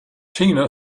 tina